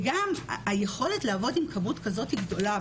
וגם היכולת לעבוד עם כמות כזאת גדולה,